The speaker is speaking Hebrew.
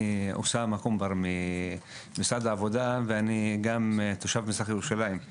אני אוסמה קנבר ממינהל העבודה ואני גם תושב מזרח ירושלים.